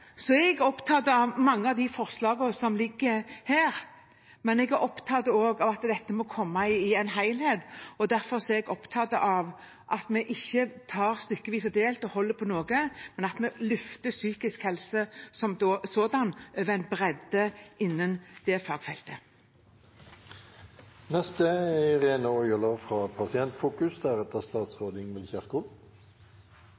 Så er jeg opptatt av mange av de forslagene som ligger her, men jeg er også opptatt av at dette må komme i en helhet. Derfor er jeg opptatt av at vi ikke tar det stykkevis og delt og holder på noe, men at vi løfter psykisk helse som sådan bredt innen dette fagfeltet. Vi i Pasientfokus har snakket med pasientene og